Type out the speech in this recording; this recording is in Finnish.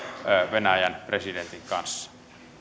venäjän presidentin kanssa